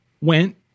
Went